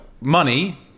money